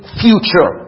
future